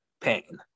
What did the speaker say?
pain